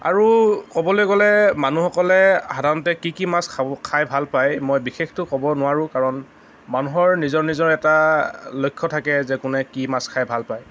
আৰু ক'বলৈ গ'লে মানুহসকলে সাধাৰণতে কি কি মাছ খাব খাই ভাল পাই মই বিশেষতো ক'ব নোৱাৰোঁ কাৰণ মানুহৰ নিজৰ নিজৰ এটা লক্ষ্য় থাকে যে কোনে কি মাছ খায় ভাল পায়